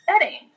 setting